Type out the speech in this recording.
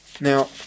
Now